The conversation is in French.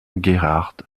gerhard